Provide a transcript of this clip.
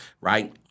right